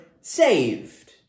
saved